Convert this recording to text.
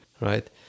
right